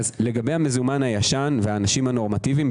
לגבי המזומן הישן והאנשים הנורמטיביים,